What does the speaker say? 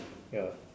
ya